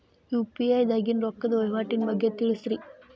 UPI ದಾಗಿನ ರೊಕ್ಕದ ವಹಿವಾಟಿನ ಬಗ್ಗೆ ತಿಳಸ್ರಿ